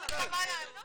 אין לך מה לענות.